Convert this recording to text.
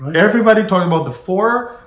everybody talking about the four,